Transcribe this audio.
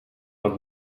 und